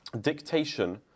dictation